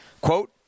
quote